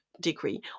degree